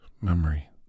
memory